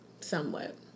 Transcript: Somewhat